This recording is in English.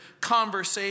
conversation